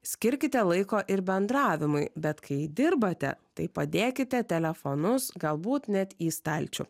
skirkite laiko ir bendravimui bet kai dirbate tai padėkite telefonus galbūt net į stalčių